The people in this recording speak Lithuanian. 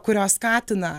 kurios skatina